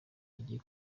agiye